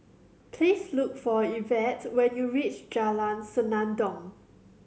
please look for Yvette when you reach Jalan Senandong